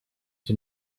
den